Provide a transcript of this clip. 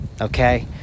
Okay